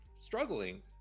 struggling